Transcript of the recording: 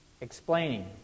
explaining